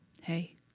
hey